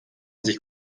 sich